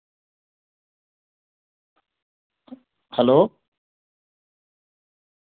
hello